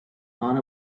nor